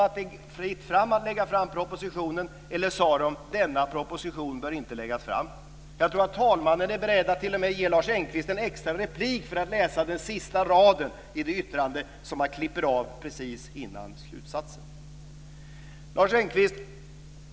Sade Lagrådet att det är fritt fram att lägga fram propositionen, eller sade Lagrådet att denna proposition inte bör läggas fram? Jag tror att talmannen är beredd att t.o.m. ge Lars Engqvist en sista replik för att läsa den sista raden i det yttrande som han klipper av precis innan slutsatsen. Lars Engqvist!